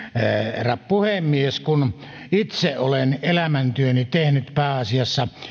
herra puhemies kun itse olen elämäntyöni tehnyt pääasiassa